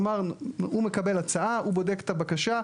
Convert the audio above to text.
כלומר, הוא מקבל הצעה, הוא בודק את הבקשה.